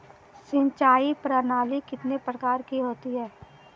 सिंचाई प्रणाली कितने प्रकार की होती है?